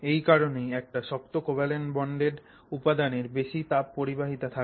এই কারনেই একটা শক্ত কোভ্যালেন্ট বন্ডেড উপাদানের বেশি তাপ পরিবাহিতা থাকে